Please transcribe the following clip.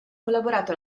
collaborato